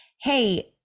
hey